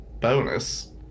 bonus